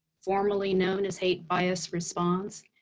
formerly known as hate bias response,